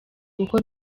uko